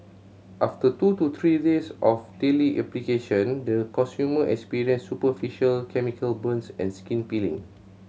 after two to three days of daily application the consumer experienced superficial chemical burns and skin peeling